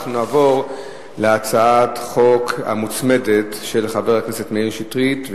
נעבור להצבעה על הצעת החוק המוצמדת של חבר הכנסת מאיר שטרית,